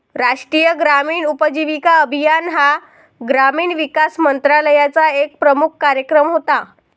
राष्ट्रीय ग्रामीण उपजीविका अभियान हा ग्रामीण विकास मंत्रालयाचा एक प्रमुख कार्यक्रम होता